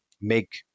make